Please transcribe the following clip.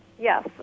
Yes